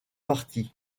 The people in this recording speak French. partie